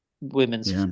women's